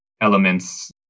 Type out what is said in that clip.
elements